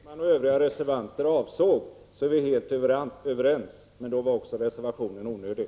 Herr talman! Var det detta Kerstin Ekman och övriga reservanter avsåg, är vi helt överens. Men då var reservationen onödig.